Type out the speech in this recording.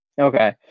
Okay